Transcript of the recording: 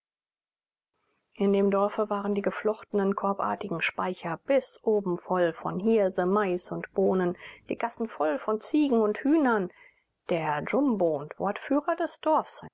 in dem dorfe waren die geflochtenen korbartigen speicher bis oben voll von hirse mais und bohnen die gassen voll von ziegen und hühnern der jumbo und wortführer des dorfs